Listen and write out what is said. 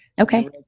Okay